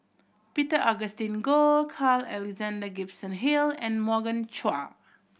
Peter Augustine Goh Carl Alexander Gibson Hill and Morgan Chua